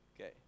Okay